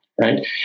Right